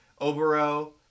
Obero